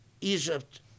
Egypt